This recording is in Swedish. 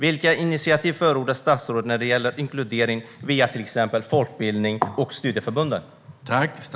Vilka initiativ förordar statsrådet när det gäller inkludering via till exempel folkbildning och studieförbunden?